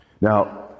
Now